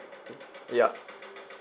ya